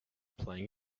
playing